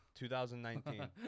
2019